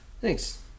Thanks